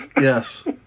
Yes